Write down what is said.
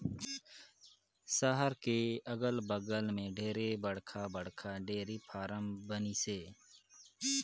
सहर के अगल बगल में ढेरे बड़खा बड़खा डेयरी फारम बनिसे